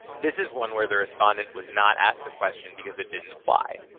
this is one where the respondent was not asked the question because it didn't apply.